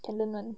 can learn [one]